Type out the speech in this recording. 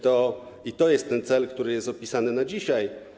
To jest ten cel, który jest opisany na dzisiaj.